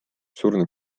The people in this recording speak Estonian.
suureneb